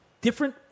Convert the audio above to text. Different